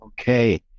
okay